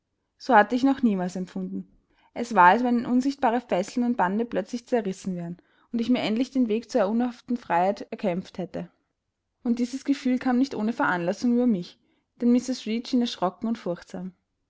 so hatte ich noch niemals empfunden es war als wenn unsichtbare fesseln und bande plötzlich zerrissen wären und ich mir endlich den weg zur unverhofften freiheit erkämpft hätte und dieses gefühl kam nicht ohne veranlassung über mich denn mrs reed schien erschrocken und furchtsam